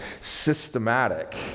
systematic